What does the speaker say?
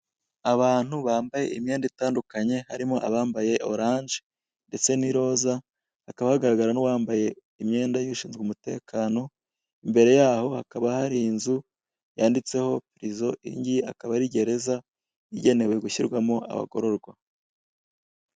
Abantu bambaye imyenda itandukanye harimo abambaye oranje ndetse n'iroza hakaba hagaragara n'uwambaye imyenda y'ushinzwe umutekano, imbere yaho hakaba hari inzu yanditseho "PRISON" iyi ngiyi akaba ari gereza igenewe gushyirwamo abagororwa.